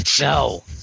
No